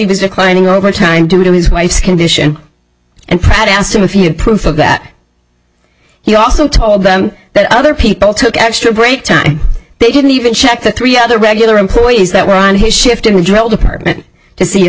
was declining over time due to his wife's condition and pride asked him if he had proof of that he also told them that other people took after a break time they didn't even check the three other regular employees that were on his shift in jail department to see if